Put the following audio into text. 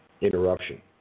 interruption